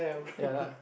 ya lah